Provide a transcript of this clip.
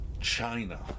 China